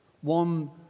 One